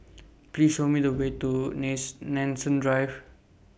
Please Show Me The Way to next Nanson Drive